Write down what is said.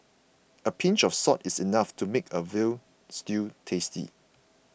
a pinch of salt is enough to make a Veal Stew tasty